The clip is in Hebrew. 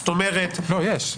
לא, יש.